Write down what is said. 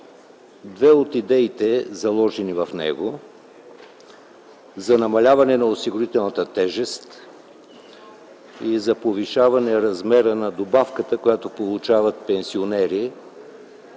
две от идеите, заложени в него, за намаляване на осигурителната тежест и за повишаване размера на добавката, която получават пенсионери